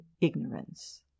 ignorance